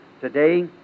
today